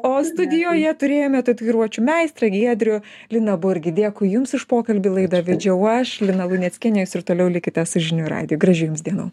o studijoje turėjome tatuiruočių meistrą giedrių liną burgį dėkui jums už pokalbį laidą vedžiau aš lina luneckienė jūs ir toliau likite su žinių radijui gražių jums dienų